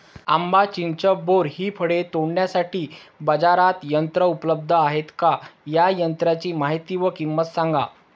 आंबा, चिंच, बोर हि फळे तोडण्यासाठी बाजारात यंत्र उपलब्ध आहेत का? या यंत्रांची माहिती व किंमत सांगा?